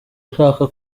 gushaka